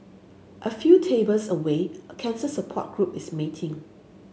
a few tables away a cancer support group is meeting